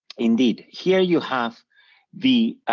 indeed, here you have the